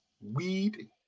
weed